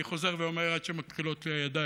אני חוזר ואומר עד שמכחילות לי הידיים,